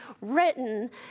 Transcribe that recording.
written